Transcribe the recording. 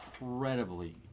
incredibly